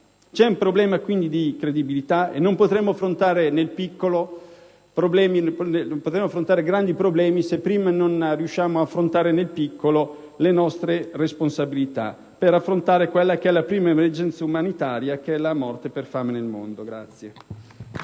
è un problema quindi di credibilità: non potremo affrontare grandi problemi se prima non riusciamo ad assumere, nel piccolo, le nostre responsabilità per affrontare la prima emergenza umanitaria che è la morte per fame nel mondo.